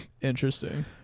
Interesting